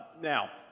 now